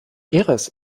iris